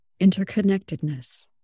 interconnectedness